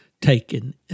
taken